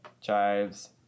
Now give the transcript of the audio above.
Chives